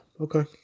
Okay